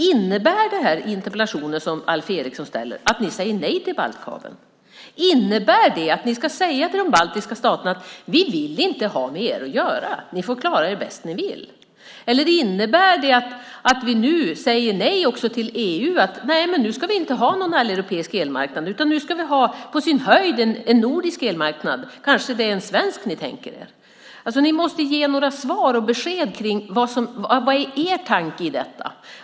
Innebär interpellationen som Alf Eriksson ställer att ni säger nej till baltkabeln? Innebär det att ni ska säga till de baltiska staterna att ni inte vill ha med dem att göra, att de får klara sig bäst de vill? Innebär det att ni nu säger nej också till EU, att vi nu inte ska ha någon alleuropeisk elmarknad utan att vi på sin höjd ska ha en nordisk elmarknad? Kanske det är en svensk ni tänker er. Ni måste ge några svar och besked om vad som är er tanke i detta.